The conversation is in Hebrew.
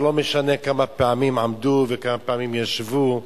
זה לא משנה כמה פעמים עמדו וכמה פעמים ישבו,